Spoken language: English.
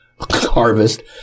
harvest